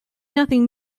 nothing